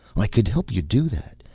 i could help you do that.